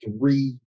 three